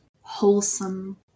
wholesome